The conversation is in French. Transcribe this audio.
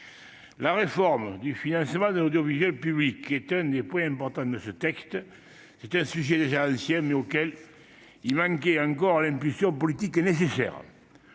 La réforme du financement de l'audiovisuel public est l'un des points importants de ce texte. C'est un sujet déjà ancien, mais auquel il manquait encore l'impulsion politique nécessaire.